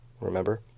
Remember